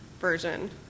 version